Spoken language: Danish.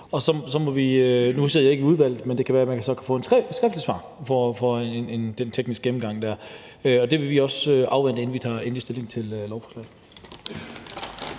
Nu sidder jeg ikke i udvalget, men det kan være, man så kan få et skriftligt svar med en teknisk gennemgang, og det vil vi også afvente, inden vi tager endelig stilling til lovforslaget.